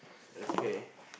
okay